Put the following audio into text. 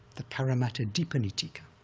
the paramattha dipani tika.